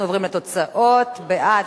אנחנו עוברים לתוצאות: בעד,